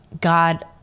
God